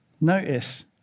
Notice